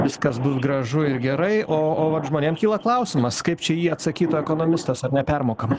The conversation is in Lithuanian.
viskas bus gražu ir gerai o o žmonėm kyla klausimas kaip čia į jį atsakytų ekonomistas ar nepermokam